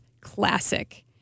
classic